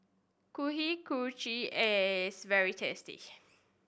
Kuih Kochi is very tasty